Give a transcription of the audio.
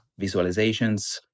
visualizations